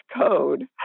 code